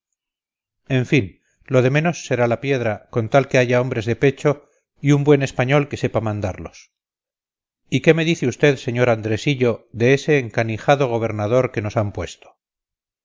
en fin lo de menos será la piedra con tal que haya hombres de pecho y un buen español que sepa mandarlos y qué me dice usted sr andresillo de ese encanijado gobernador que nos han puesto